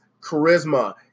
charisma